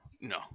no